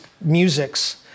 musics